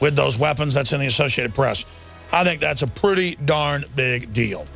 with those weapons that's in the associated press i think that's a pretty darn big deal